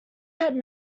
had